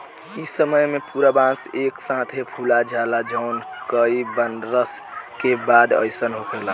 ए समय में पूरा बांस एक साथे फुला जाला जवन कई बरस के बाद अईसन होखेला